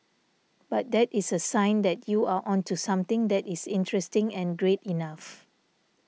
but that is a sign that you are onto something that is interesting and great enough